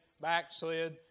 backslid